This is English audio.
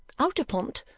out upon't,